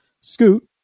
scoot